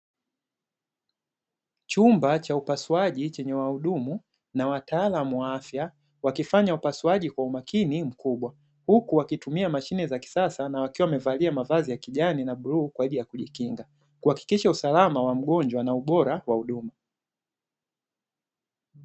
Chumba cha upasuaji chenye wahudumu na wataalamu wa afya wakifanya upasuaji kwa umakini mkubwa, huku wakitumia mashine ya kisasa na wakiwa wamevalia mavazi ya kijani na bluu kwa ajili ya kujikinga, kuhakikisha usalama wa mgonjwa na ubora wa huduma.